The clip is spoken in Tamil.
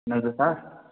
என்னது சார்